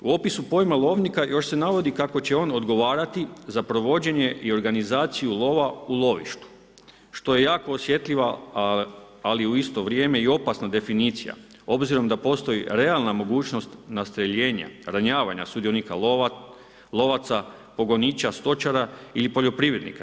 U opisu pojma lovnika još se navodi kako će on odgovarati za provođenje i organizaciju lova u lovištu, što je jako osjetljiva, ali i u isto vrijeme i opasna definicija, obzirom da postoji realna mogućnost nastreljenja, ranjavanja sudionika lovaca, pogoniča, stočara i poljoprivrednika.